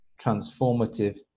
transformative